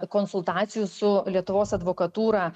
konsultacijų su lietuvos advokatūra